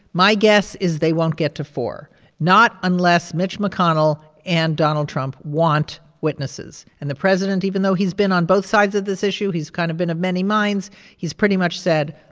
my guess is they won't get to four not unless mitch mcconnell and donald trump want witnesses. and the president, even though he's been on both sides of this issue he's kind of been on many minds he's pretty much said,